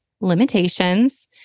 limitations